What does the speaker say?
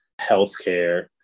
healthcare